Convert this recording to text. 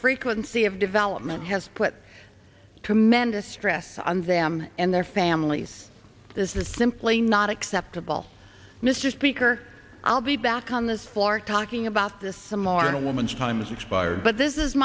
frequency of development has put tremendous stress on them and their families this is simply not acceptable mr speaker i'll be back on this floor talking about this some more moments time's expired but this is